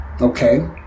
Okay